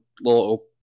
little